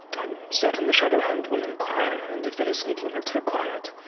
i'm certain the shadowhand will inquire and if there is anything else required,